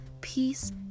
peace